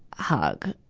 hug.